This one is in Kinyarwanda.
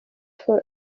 for